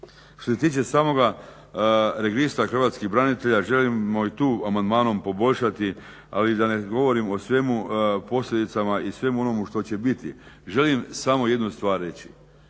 Što se tiče samoga registra hrvatskih branitelja želimo i tu amandmanom poboljšati ali da ne govorimo o svemu, o posljedicama i svemu onome što će biti. Želim samo jednu stvar reći,